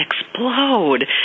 explode